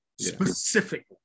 specifically